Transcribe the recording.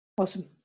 Awesome